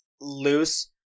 loose